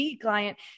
client